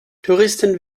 touristen